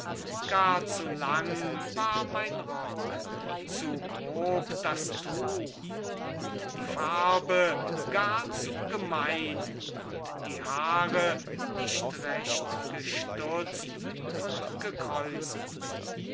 gar zu lang war mein rock zu grob das tuch und die farbe gar zu gemein und die haare nicht recht gestutzt und gekräuselt